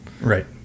Right